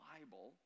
Bible